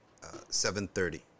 7:30